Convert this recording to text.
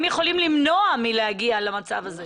הם יכולים למנוע מלהגיע למצב הזה.